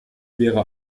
wäre